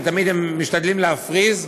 ותמיד הם משתדלים להפריז,